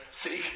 see